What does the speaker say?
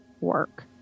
work